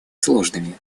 сложными